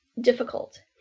difficult